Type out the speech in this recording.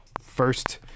first